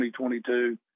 2022